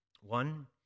One